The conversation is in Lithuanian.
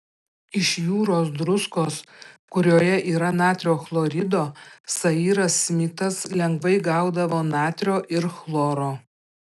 iš jūros druskos kurioje yra natrio chlorido sairas smitas lengvai gaudavo natrio ir chloro